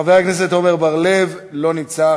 חבר הכנסת עמר בר-לב לא נמצא.